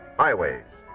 highways,